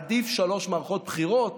עדיף שלוש מערכות בחירות